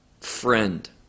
friend